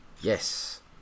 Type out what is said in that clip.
Yes